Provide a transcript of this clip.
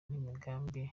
n’imigambi